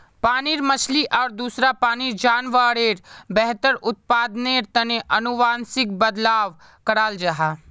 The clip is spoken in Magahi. पानीर मछली आर दूसरा पानीर जान्वारेर बेहतर उत्पदानेर तने अनुवांशिक बदलाव कराल जाहा